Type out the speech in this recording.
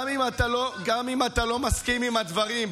גם אם אתה לא מסכים עם הדברים,